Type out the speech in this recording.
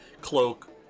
cloak